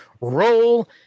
roll